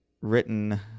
written